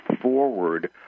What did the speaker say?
forward